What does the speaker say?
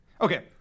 Okay